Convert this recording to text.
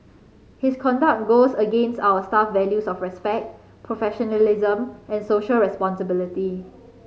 his conduct goes against our staff values of respect professionalism and social responsibility